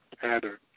pattern